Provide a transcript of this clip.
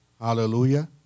Hallelujah